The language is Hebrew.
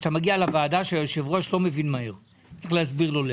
שאתה מגיע לוועדה שבה היושב-ראש לא מבין מהר; צריך להסביר לו לאט.